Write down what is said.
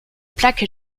plaques